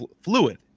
fluid